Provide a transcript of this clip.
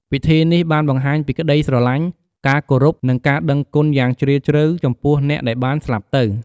ពិធីនេះបានបង្ហាញពីក្ដីស្រឡាញ់ ការគោរព និងការដឹងគុណ យ៉ាងជ្រាលជ្រៅចំពោះអ្នកដែលបានស្លាប់ទៅ។